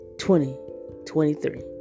2023